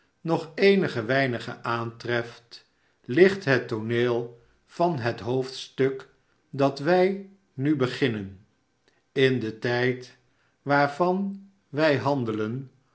nog eenige weinigen aantreft ligt het tooneel van het hoofdstuk dat wij nu beginnen in den tijd waarvan wij handelen